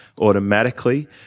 automatically